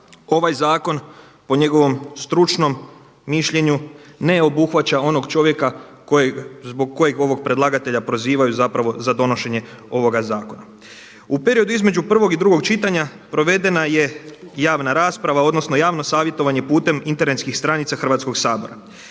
ovaj zakon po njegovom stručnom mišljenju ne obuhvaća onog čovjeka zbog kojeg ovog predlagatelja prozivaju zapravo za donošenje ovoga zakona. U periodu između prvog i drugog čitanja provedena je javna rasprava odnosno javno savjetovanje putem internetskih stranica Hrvatskog sabora.